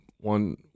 One